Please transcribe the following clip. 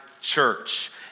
church